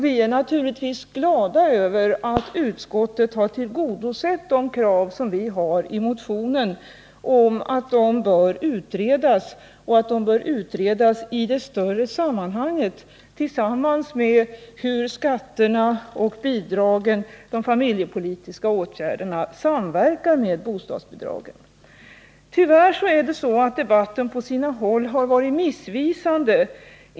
Vi är naturligtvis glada över att utskottet har tillgodosett de krav som vi har i motionen om att dessa problem bör utredas och att man därvid bör bedöma även hur skatterna, bidragen och de familjepolitiska åtgärderna samverkar med bostadsbidragen. Tyvärr har debatten på sina håll varit missvisande.